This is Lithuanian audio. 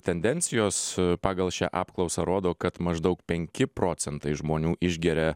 tendencijos pagal šią apklausą rodo kad maždaug penki procentai žmonių išgeria